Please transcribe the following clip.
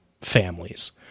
families